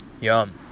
Yum